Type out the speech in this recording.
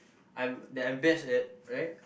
I'm that I'm best at right